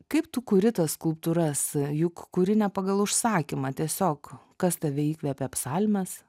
kaip tu kuri tas skulptūras juk kuri ne pagal užsakymą tiesiog kas tave įkvepia psalmės